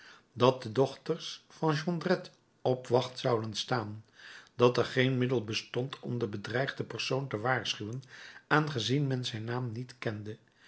dat de dochters van jondrette op wacht zouden staan dat er geen middel bestond om den bedreigden persoon te waarschuwen aangezien men zijn naam niet kende